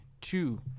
two